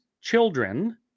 children